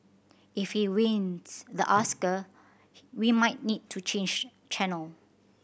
if he wins the Oscar we might need to change channel